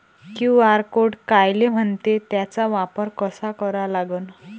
QR code कायले म्हनते, त्याचा वापर कसा करा लागन?